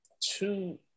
two